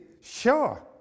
sure